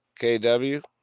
KW